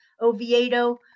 Oviedo